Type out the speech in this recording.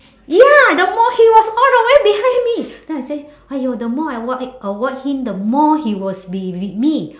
ya the more he was all the way behind me then I say !aiyo! the more I avo~ avoid him the more he was be with me